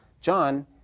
John